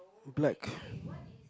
black